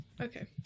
Okay